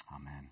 amen